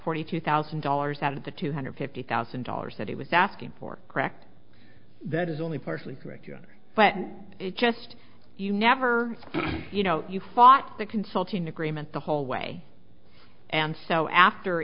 forty two thousand dollars out of the two hundred fifty thousand dollars that he was asking for correct that is only partially correct but it just you never you know you fought the consulting agreement the whole way and so after